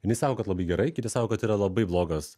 vieni sako kad labai gerai kiti sako kad yra labai blogas